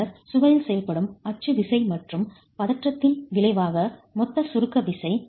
பின்னர் சுவரில் செயல்படும் அச்சு விசை மற்றும் பதற்றத்தின் விளைவாக மொத்த சுருக்க விசை